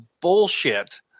bullshit